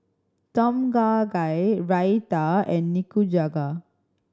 Tom Kha Gai Raita and Nikujaga